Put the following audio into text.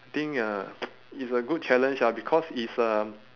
I think uh it's a good challenge ah because it's a